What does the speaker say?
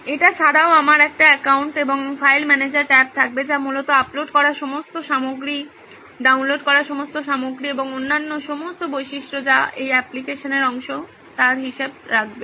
এটি ছাড়াও একটি আমার অ্যাকাউন্ট এবং একটি ফাইল ম্যানেজার ট্যাব থাকবে যা মূলত আপলোড করা সমস্ত সামগ্রী ডাউনলোড করা সমস্ত সামগ্রী এবং অন্যান্য সমস্ত বৈশিষ্ট্য যা এই অ্যাপ্লিকেশনের অংশ তার হিসেব রাখবে